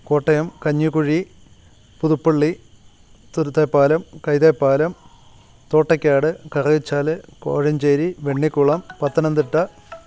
Kottayam Kanjikuzhi Puthuppally Thuruthepalam Kaithepalam Thottakkad Kathachal Kozhencherry Vennikulam Pathanamthitta